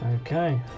Okay